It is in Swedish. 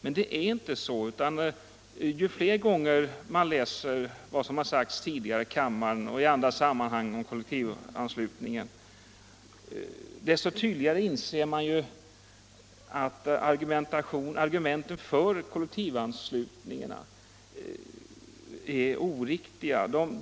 Men det är inte så, utan ju fler gånger man läser vad som sagts tidigare i kammaren och i andra sammanhang om kollektivanslutningen, desto tydligare inser man att argumenten för kollektivanslutningen är oriktiga.